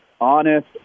honest